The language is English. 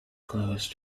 close